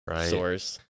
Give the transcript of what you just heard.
source